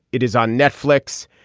it is on netflix.